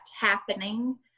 happening